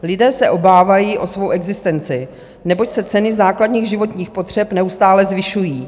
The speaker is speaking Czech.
Lidé se obávají o svou existenci, neboť se ceny základních životních potřeb neustále zvyšují.